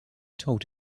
told